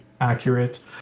accurate